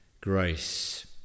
grace